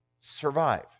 survive